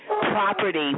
property